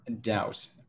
Doubt